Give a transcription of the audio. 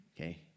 Okay